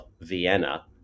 Vienna